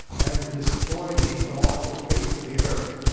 and destroy thee from off the face of the earth.